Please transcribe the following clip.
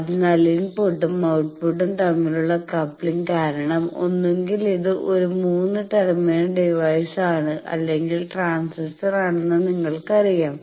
അതിനാൽ ഇൻപുട്ടും ഔട്ട്പുട്ടും തമ്മിലുള്ള കപ്ലിങ് കാരണം ഒന്നുകിൽ ഇത് ഒരു 3 ടെർമിനൽ ഡിവൈസ് ആണ് അല്ലെങ്കിൽ ട്രാൻസിസ്റ്റർ ആണെന്ന് നിങ്ങൾക്കറിയാം